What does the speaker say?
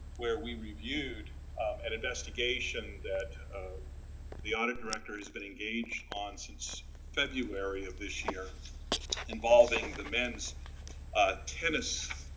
where we reviewed an investigation that the audit director has been engaged on since february of this year involving the men's ah tennis.